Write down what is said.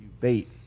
bait